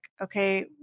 okay